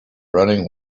running